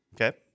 Okay